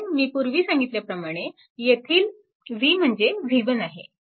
कारण मी पूर्वी सांगितल्याप्रमाणे येथील v म्हणजे v1 आहे